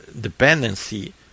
dependency